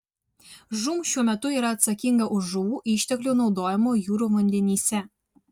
žūm šiuo metu yra atsakinga už žuvų išteklių naudojimą jūrų vandenyse